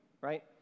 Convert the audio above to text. Right